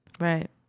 Right